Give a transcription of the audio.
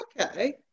Okay